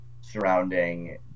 surrounding